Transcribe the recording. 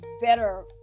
better